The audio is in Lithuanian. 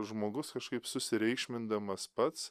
žmogus kažkaip susireikšmindamas pats